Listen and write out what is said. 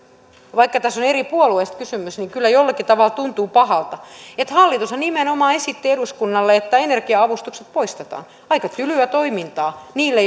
vaikka tässä on eri puolueista kysymys niin kyllä jollakin tavalla tuntuu pahalta että hallitushan nimenomaan esitti eduskunnalle että energia avustukset poistetaan aika tylyä toimintaa niille